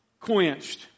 quenched